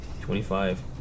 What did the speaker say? twenty-five